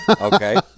Okay